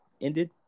ended